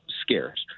scarce